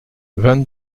vingt